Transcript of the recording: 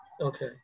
Okay